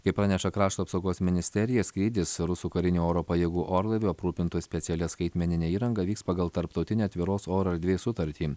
kaip praneša krašto apsaugos ministerija skrydis rusų karinių oro pajėgų orlaivių aprūpintų specialia skaitmenine įranga vyks pagal tarptautinę atviros oro erdvės sutartį